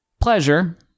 Pleasure